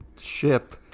ship